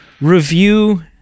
review